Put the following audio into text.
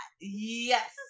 yes